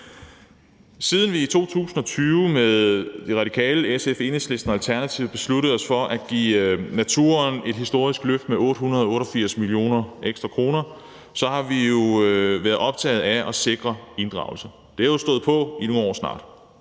Siden vi i 2020 sammen med De Radikale, SF, Enhedslisten og Alternativet besluttede os for at give naturen et historisk løft med 888 mio. kr. ekstra, har vi været optaget af at sikre inddragelse, og det har jo stået på i nogle år snart.